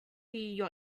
your